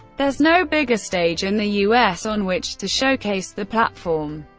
there's no bigger stage in the u s. on which to showcase the platform.